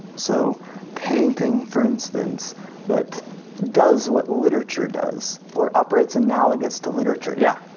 so painting for instance that does what literature does, or operates analogous to literature, yeah?